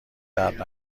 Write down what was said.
درد